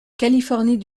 californie